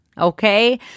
Okay